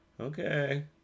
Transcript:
Okay